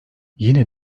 yine